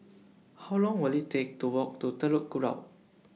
How Long Will IT Take to Walk to Telok Kurau